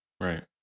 Right